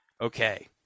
okay